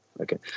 okay